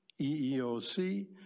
EEOC